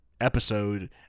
episode